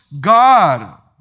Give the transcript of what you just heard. God